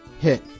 hit